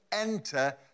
enter